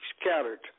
scattered